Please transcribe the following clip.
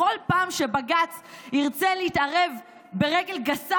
בכל פעם שבג"ץ ירצה להתערב ברגל גסה,